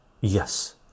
yes